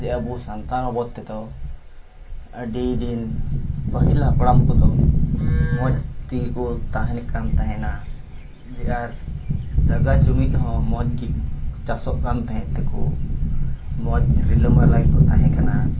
ᱡᱮ ᱟᱵᱚ ᱥᱟᱱᱛᱟᱲ ᱵᱟᱵᱚᱫᱽ ᱛᱮᱫᱚ ᱟᱹᱰᱤ ᱫᱤᱱ ᱯᱟᱹᱦᱤᱞ ᱦᱟᱯᱲᱟᱢ ᱠᱚᱫᱚ ᱢᱚᱡᱽ ᱛᱮᱜᱮ ᱠᱚ ᱛᱟᱦᱮᱱ ᱠᱟᱱ ᱛᱟᱦᱮᱱᱟ ᱡᱮ ᱟᱨ ᱡᱟᱭᱜᱟ ᱡᱩᱢᱤ ᱦᱚᱸ ᱢᱚᱡᱽ ᱜᱮ ᱪᱟᱥᱚᱜ ᱠᱟᱱ ᱛᱟᱦᱮᱸᱫ ᱛᱮᱠᱚ ᱢᱚᱡᱽ ᱨᱤᱞᱟᱹᱢᱟᱞᱟ ᱜᱮᱠᱚ ᱛᱟᱦᱮᱸ ᱠᱟᱱᱟ